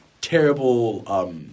Terrible